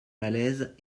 malaise